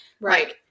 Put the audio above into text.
Right